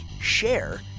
share